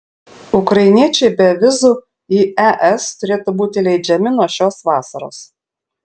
ukrainiečiai be vizų į es turėtų būti įleidžiami nuo šios vasaros